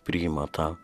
priima tą